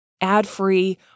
ad-free